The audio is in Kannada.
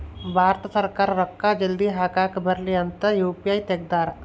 ಭಾರತ ಸರ್ಕಾರ ರೂಕ್ಕ ಜಲ್ದೀ ಹಾಕಕ್ ಬರಲಿ ಅಂತ ಯು.ಪಿ.ಐ ತೆಗ್ದಾರ